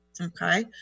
Okay